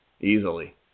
easily